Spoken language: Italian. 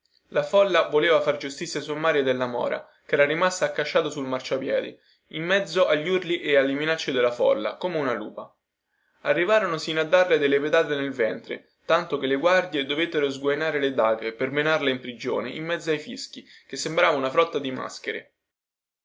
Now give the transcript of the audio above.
la folla voleva far giustizia sommaria della mora chera rimasta accasciata sul marciapiedi in mezzo agli urli e alle minacce della folla come una lupa arrivarono sino a darle delle pedate nel ventre tanto che le guardie dovettero sguainare le daghe per menarla in prigione in mezzo ai fischi che sembrava una frotta di maschere